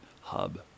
hub